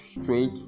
straight